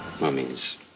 Mummies